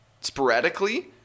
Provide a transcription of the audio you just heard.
sporadically